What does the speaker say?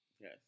yes